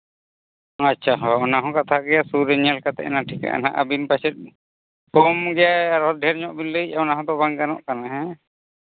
ᱟᱪᱪᱷᱟ ᱦᱳᱭ ᱚᱱᱟᱦᱚᱸ ᱠᱟᱛᱷᱟ ᱜᱮᱭᱟ ᱥᱩᱨ ᱨᱮ ᱧᱮᱞ ᱠᱟᱛᱮ ᱴᱷᱤᱠᱟᱹᱜᱼᱟ ᱟᱹᱵᱤᱱ ᱯᱟᱪᱮᱫ ᱠᱚᱢᱜᱮ ᱰᱷᱮᱨ ᱧᱚᱜ ᱵᱤᱱ ᱞᱟᱹᱭ ᱚᱱᱟ ᱦᱚᱸᱛᱚ ᱵᱟᱝ ᱜᱟᱱᱚᱜ ᱠᱟᱱᱟ ᱦᱮᱸ